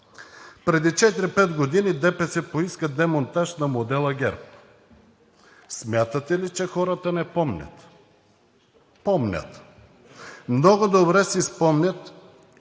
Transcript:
Преди 4 – 5 години ДПС поиска демонтаж на модела ГЕРБ. Смятате ли, че хората не помнят? Помнят! Много добре си спомнят